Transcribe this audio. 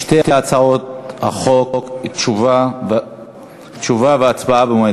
שתי הצעות החוק, תשובה והצבעה במועד